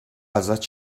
ازت